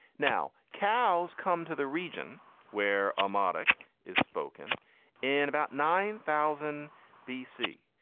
now cows come to the region where a monarch is spoken in about nine thousand b c.